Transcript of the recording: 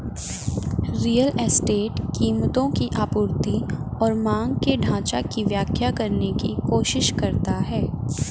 real estate कीमतों की आपूर्ति और मांग के ढाँचा की व्याख्या करने की कोशिश करता है